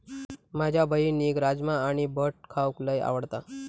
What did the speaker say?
माझ्या बहिणीक राजमा आणि भट खाऊक लय आवडता